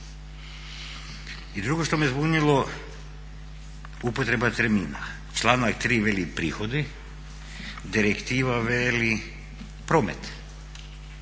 I drugo što me zbunilo upotreba termina, članak 3.veliki prihodi, direktiva veli promet.